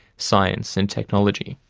science and technology.